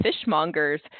fishmongers